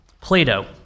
Plato